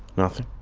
nothing.